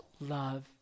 love